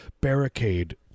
barricade